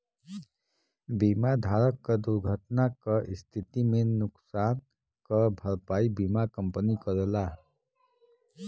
बीमा धारक क दुर्घटना क स्थिति में नुकसान क भरपाई बीमा कंपनी करला